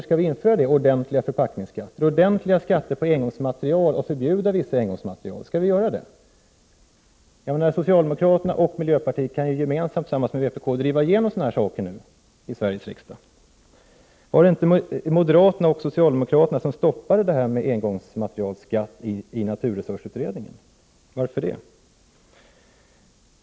Skall vi införa ordentligt tilltagna förpackningsskatter? Skall vi ha ordentligt tilltagna skatter på engångsmaterial? Skall vi förbjuda vissa engångsmaterial? Socialdemokraterna och miljöpartiet kan ju nu tillsammans med vpk driva igenom sådana här saker i Sveriges riksdag. Var det inte moderaterna och socialdemokraterna som stoppade skatten på engångsmaterial i naturresursutredningen? Varför gjorde man det?